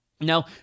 Now